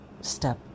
step